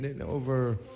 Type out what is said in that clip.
Over